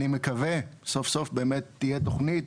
אני מקווה סוף סוף שבאמת תהיה תוכנית